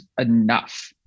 enough